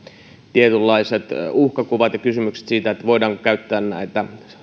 tietynlaiset uhkakuvat ja kysymykset siitä voidaanko näitä